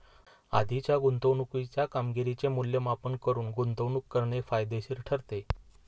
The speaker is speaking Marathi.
आधीच्या गुंतवणुकीच्या कामगिरीचे मूल्यमापन करून गुंतवणूक करणे फायदेशीर ठरते